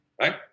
right